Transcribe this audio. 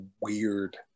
weird